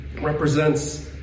represents